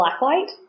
Blacklight